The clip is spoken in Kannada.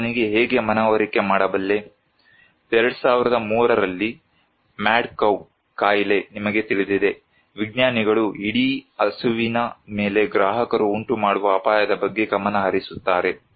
ನಾನು ಅವನಿಗೆ ಹೇಗೆ ಮನವರಿಕೆ ಮಾಡಬಲ್ಲೆ 2003 ರಲ್ಲಿ ಮ್ಯಾಡ್ ಕೌ ಕಾಯಿಲೆ ನಿಮಗೆ ತಿಳಿದಿದೆ ವಿಜ್ಞಾನಿಗಳು ಇಡೀ ಹಸುವಿನ ಮೇಲೆ ಗ್ರಾಹಕರು ಉಂಟುಮಾಡುವ ಅಪಾಯದ ಬಗ್ಗೆ ಗಮನಹರಿಸುತ್ತಾರೆ